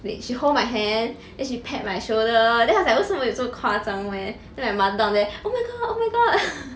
wait she hold my hand then she pet my shoulder then I was like 为什么有这么夸张 meh then my mother down there oh my god oh my god